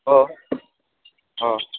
अ अ